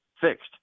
fixed